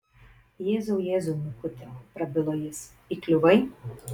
jėzau jėzau mikuti prabilo jis įkliuvai